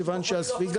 כיוון שהספיגה